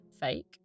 fake